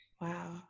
wow